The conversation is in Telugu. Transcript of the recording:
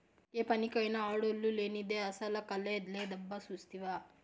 ఏ పనికైనా ఆడోల్లు లేనిదే అసల కళే లేదబ్బా సూస్తివా